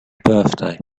birthday